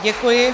Děkuji.